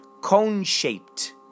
cone-shaped